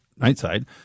Nightside